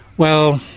well,